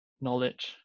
knowledge